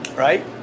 Right